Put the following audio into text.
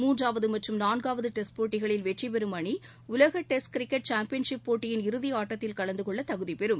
மூன்றாவதுமற்றும் நான்காவதுடெஸ்ட் போட்டிகளில் வெற்றிபெறும் அணி உலகடெஸ்ட் கிரிக்கெட் சாம்பியன்ஷிப் போட்டியின் இறுதிஆட்டத்தில் கலந்துகொள்ளதகுதிபெறும்